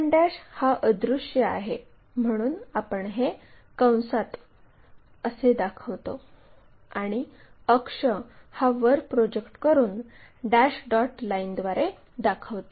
o1 हा अदृश्य आहे म्हणून आपण हे कंसात o1 असे दाखवितो आणि अक्ष हा वर प्रोजेक्ट करून डॅश डॉट लाईन द्वारे दाखवितो